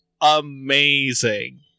amazing